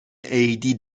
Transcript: عیدی